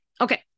Okay